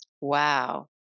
Wow